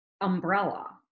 umbrella